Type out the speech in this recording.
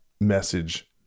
message